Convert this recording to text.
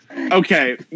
Okay